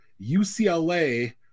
UCLA